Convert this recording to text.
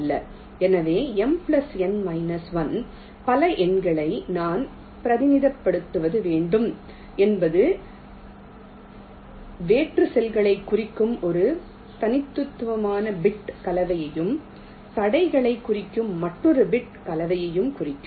எனவே M N 1 பல எண்களை நான் பிரதிநிதித்துவப்படுத்த வேண்டும் என்பது வெற்று செல்களைக் குறிக்கும் ஒரு தனித்துவமான பிட் கலவையையும் தடைகளை குறிக்கும் மற்றொரு பிட் கலவையையும் குறிக்கும்